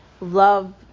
love